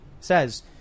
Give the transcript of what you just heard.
says